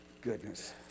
goodness